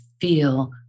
feel